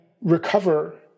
recover